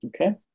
okay